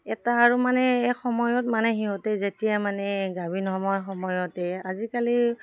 এটা আৰু মানে এই সময়ত মানে সিহঁতে যেতিয়া মানে গাভিন হ'ব সময়তে আজিকালি